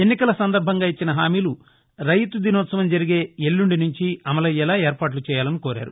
ఎన్నికల సందర్బంగా ఇచ్చిన హామీలు రైతు దినోత్సవం జరిగే ఎల్లుండి నుంచి అమలయ్యేలా ఏర్పాట్ల చేయాలని కోరారు